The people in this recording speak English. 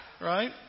Right